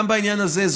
גם בעניין הזה,